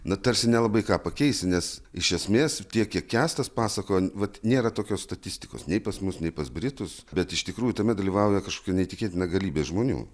na tarsi nelabai ką pakeisi nes iš esmės tiek kiek kęstas pasakojo vat nėra tokios statistikos nei pas mus nei pas britus bet iš tikrųjų tame dalyvauja kažkokia neįtikėtina galybė žmonių